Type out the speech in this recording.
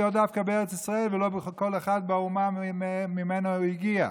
דווקא בארץ ישראל ולא כל אחד באומה שממנה הגיע?